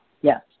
Yes